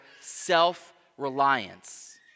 self-reliance